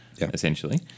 essentially